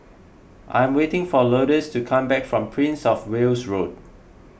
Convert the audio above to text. I'm waiting for Lourdes to come back from Prince of Wales Road